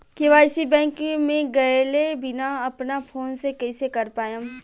KYC bank मे गएले बिना अपना फोन से कइसे कर पाएम?